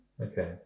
Okay